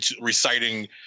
reciting